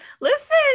Listen